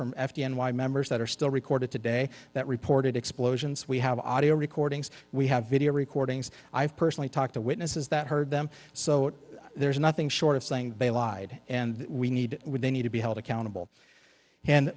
from f t and why members that are still recorded today that reported explosions we have audio recordings we have video recordings i have personally talked to witnesses that heard them so there is nothing short of saying bay lied and we need when they need to be held accountable and